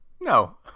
No